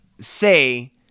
say